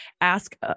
ask